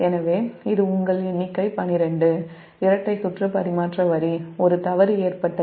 எனவே இது உங்கள் எண்ணிக்கை 12 இரட்டை சுற்று பரிமாற்ற வரி ஒரு தவறு ஏற்பட்டது